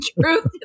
truth